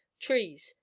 trees